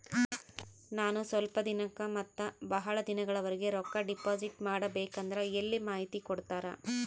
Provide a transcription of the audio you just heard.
ನಾನು ಸ್ವಲ್ಪ ದಿನಕ್ಕ ಮತ್ತ ಬಹಳ ದಿನಗಳವರೆಗೆ ರೊಕ್ಕ ಡಿಪಾಸಿಟ್ ಮಾಡಬೇಕಂದ್ರ ಎಲ್ಲಿ ಮಾಹಿತಿ ಕೊಡ್ತೇರಾ?